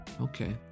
Okay